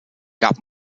gab